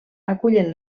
acullen